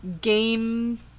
game